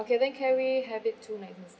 okay then can we have it two night instead